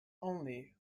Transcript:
only